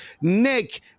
Nick